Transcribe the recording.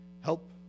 Help